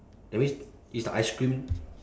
that means it's the ice cream